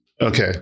Okay